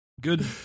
Good